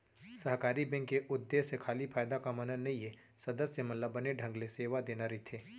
सहकारी बेंक के उद्देश्य खाली फायदा कमाना नइये, सदस्य मन ल बने ढंग ले सेवा देना रइथे